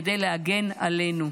כדי להגן עלינו.